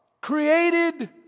created